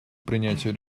принятию